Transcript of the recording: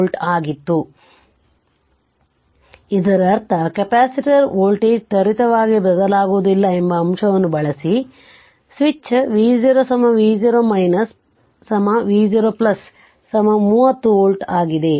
ಆದ್ದರಿಂದ ಇದರರ್ಥ capacitor voltage ತ್ವರಿತವಾಗಿ ಬದಲಾಗುವುದಿಲ್ಲ ಎಂಬ ಅಂಶವನ್ನು ಬಳಸಿ ಆದ್ದರಿಂದ switch v0 v0 v0 30 volt ಆಗಿದೆ